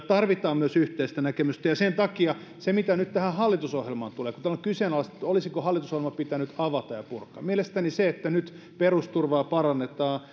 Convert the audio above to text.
tarvitaan myös yhteistä näkemystä mitä nyt tähän hallitusohjelmaan tulee kun täällä on kyseenalaistettu olisiko hallitusohjelma pitänyt avata ja purkaa niin mielestäni kun nyt perusturvaa parannetaan